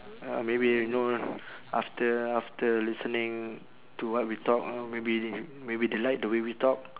uh maybe you know after after listening to what we talk uh maybe maybe they like the way we talk